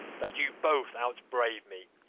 that you both out-brave me,